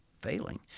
failing